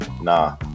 nah